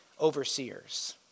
overseers